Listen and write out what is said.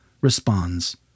responds